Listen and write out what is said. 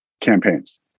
campaigns